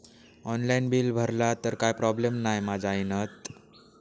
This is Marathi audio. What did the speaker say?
ऑनलाइन बिल भरला तर काय प्रोब्लेम नाय मा जाईनत?